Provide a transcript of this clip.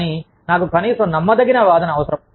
కానీ నాకు కనీసం నమ్మదగిన వాదన అవసరం